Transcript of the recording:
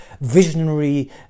visionary